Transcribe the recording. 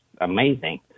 amazing